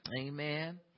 Amen